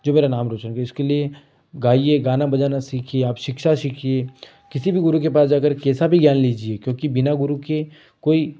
जो मेरा नाम रौशन करे उसके लिए गाइए गाना बजाना सीखिए आप शिक्षा सीखिए किसी भी गुरू के पास जाकर कैसा भी ज्ञान लीजिए क्योंकि बिना गुरू के कोई